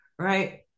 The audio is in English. right